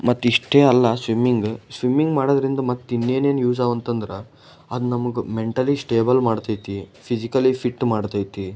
ಮತ್ತಿಷ್ಟೇ ಅಲ್ಲ swimming swimming ಮಾಡೋದರಿಂದ ಮತ್ತಿನ್ನೇನು ಯೂಸ್ ಆವು ಅಂತಂದ್ರೆ ಅದು ನಮಗೆ ಮೆಂಟಲಿ ಸ್ಟೇಬಲ್ ಮಾಡ್ತೈತಿ ಫಿಸಿಕಲಿ ಫಿಟ್ ಮಾಡ್ತೈತಿ